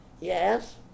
Yes